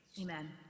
amen